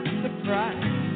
surprise